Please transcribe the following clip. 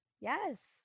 Yes